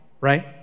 right